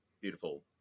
beautiful